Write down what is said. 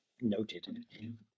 Noted